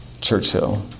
Churchill